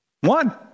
One